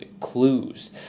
clues